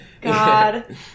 god